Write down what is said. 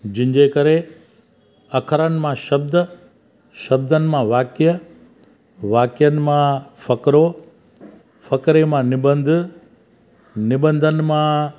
जिनिजे करे अखरनि मां शब्द शब्दनि मां वाक्य वाक्यनि मां फ़ुक़िरो फ़ुक़िरे मां निबंध निबंधनि मां